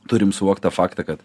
turim suvokti tą faktą kad